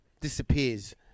disappears